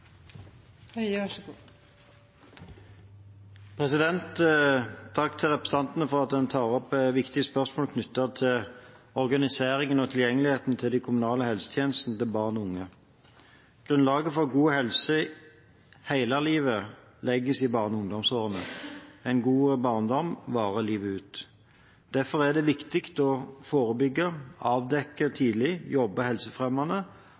Takk til representantene for at en tar opp viktige spørsmål knyttet til organiseringen av og tilgjengeligheten til de kommunale helsetjenestene til barn og unge. Grunnlaget for god helse hele livet legges i barne- og ungdomsårene. En god barndom varer livet ut. Derfor er det viktig å forebygge, avdekke tidlig,